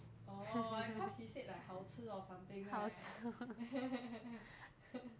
orh cause he said like 好吃 or something right